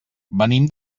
venim